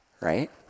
right